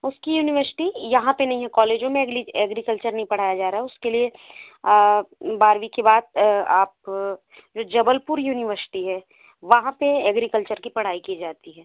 उसकी यूनिवर्सिटी यहाँ पर नहीं है कॉलेजों में एग्रीकल्चर नहीं पढ़ाया जा रहा है उसके लिए बारहवी के बाद आप जो जबलपुर यूनिवर्सिटी है वहाँ पर एग्रीकल्चर की पढ़ाई की जाती है